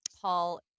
Paul